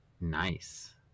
nice